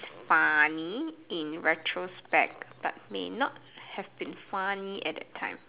funny in retrospect but may not have been funny at that time